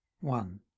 one